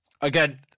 Again